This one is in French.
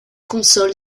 console